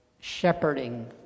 shepherding